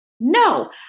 No